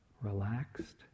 relaxed